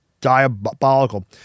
diabolical